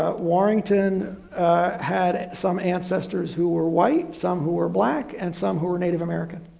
ah warrington had some ancestors who were white, some who were black, and some who were native american.